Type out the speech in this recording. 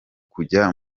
kujya